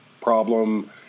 problem